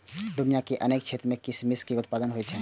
दुनिया के अनेक क्षेत्र मे किशमिश के उत्पादन होइ छै